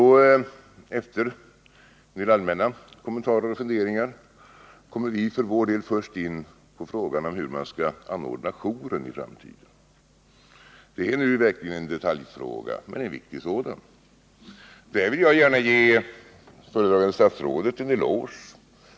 Efter en del mer allmänna kommentarer och funderingar kommer vi för vår del först in på frågan hur man skall anordna jouren i framtiden. Det är verkligen en detaljfråga, men en viktig sådan. Här vill jag gärna ge föredragande statsrådet en eloge.